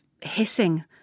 hissing